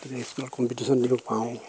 স্কুলত কম্পিটিশন দিৱ পাওঁ